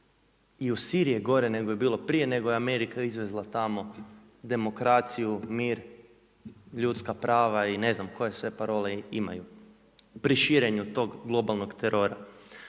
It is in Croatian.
i u Siriji je nego je bilo prije nego je Amerika izvezla tamo demokraciju, mir, ljudska prava i ne znam koje sve parole imaju pri širenju tog globalnog terora.